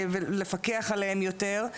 ולפקח עליה יותר.